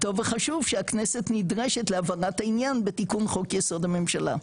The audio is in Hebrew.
טוב וחשוב שהכנסת נדרשת להבהרת העניין בתיקון חוק יסוד הממשלה.